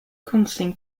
constant